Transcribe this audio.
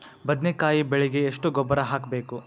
ಬದ್ನಿಕಾಯಿ ಬೆಳಿಗೆ ಎಷ್ಟ ಗೊಬ್ಬರ ಹಾಕ್ಬೇಕು?